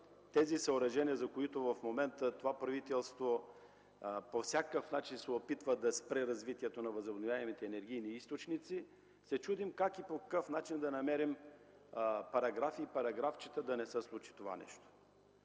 тези съоръжения (в момента това правителство по всякакъв начин се опитва да спре развитието на възобновяемите енергийни източници), се чудим как и по какъв начин да намерим параграфи, параграфчета, за да не се случи това нещо.